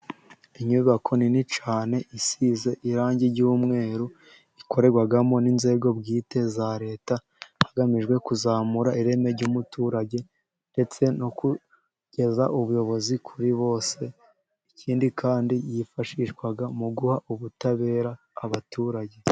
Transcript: Inyubako nini cyane isize irangi ry'umweru ikorerwamo n'inzego bwite za leta, hagamijwe kuzamura ireme ry'umuturage ndetse no kugeza ubuyobozi kuri bose, ikindi kandi yifashishwaga mu guha ubutabera abaturage.